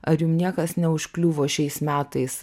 ar jum niekas neužkliuvo šiais metais